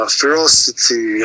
ferocity